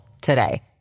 today